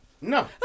No